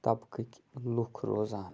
طبقٕکۍ لوٗکھ روزان